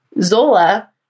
Zola